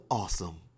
awesome